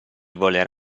voler